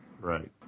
Right